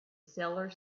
cellar